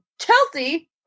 Chelsea